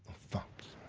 fuck's